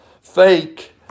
fake